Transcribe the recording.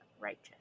righteous